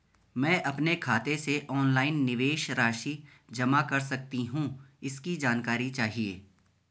मैं अपने खाते से ऑनलाइन निवेश राशि जमा कर सकती हूँ इसकी जानकारी चाहिए?